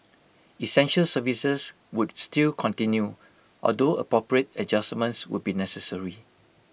essential services would still continue although appropriate adjustments would be necessary